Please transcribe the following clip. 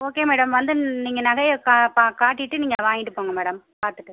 okay madam வந்து நீங்கள் நகையை க பா காட்டிவிட்டு நீங்கள் வாங்கிவிட்டு போங்க மேடம் பார்த்துட்டு